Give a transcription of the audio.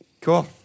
Cool